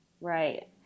right